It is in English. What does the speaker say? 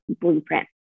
Blueprint